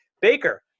Baker